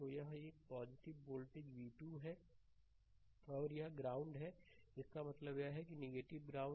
slide समय देखें 1932 तो यह है यह वोल्टेज v2 है और यह ग्राउंड है इसका मतलब यह है यह ग्राउंड है